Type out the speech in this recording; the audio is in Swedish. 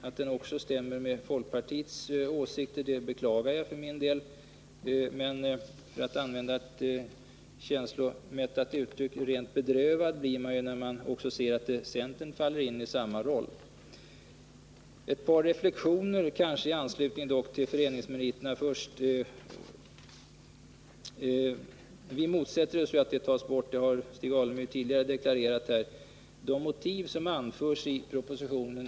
Att den också stämmer med folkpartiets åsikter beklagar jag. Men jag blir — för att använda ett känslomättat uttryck — rent bedrövad när jag ser att också centern faller in i samma roll. Jag vill göra ett par reflexioner när det gäller föreningsmeriterna. Vi motsätter oss — vilket Stig Alemyr har deklarerat — att man skall ta bort rättigheten för sökande till högskola att tillgodoräkna sig föreningsmeriter. Det är i huvudsak två motiv som i propositionen anförs för detta borttagande.